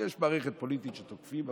יש מערכת פוליטית שתוקפים בה,